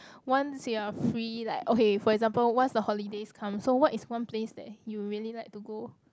once you're free like okay for example once the holidays come so what is one place that you really like to go